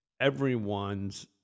everyone's